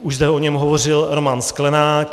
Už zde o něm hovořil Roman Sklenák.